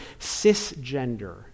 cisgender